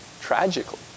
tragically